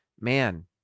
man